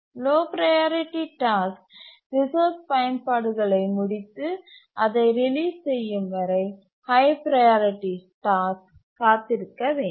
low priority task resource பயன்பாடுகளை முடித்து அதை ரிலீஸ் செய்யும் வரை ஹய் ப்ரையாரிட்டி டாஸ்க் காத்திருக்க வேண்டும்